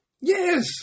Yes